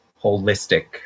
holistic